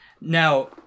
now